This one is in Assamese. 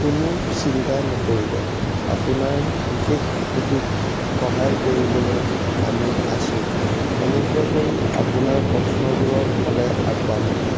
কোনো চিন্তা নকৰিব আপোনাৰ বিশেষ শিশুটিক সহায় কৰিবলৈ আমি আছোঁ অনুগ্ৰহ কৰি আপোনাৰ প্ৰশ্নবোৰৰ ফালে আগবাঢ়ক